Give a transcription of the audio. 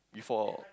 before